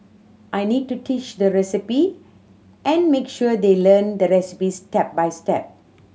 I need to teach the recipe and make sure they learn the recipes step by step